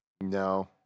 No